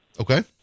Okay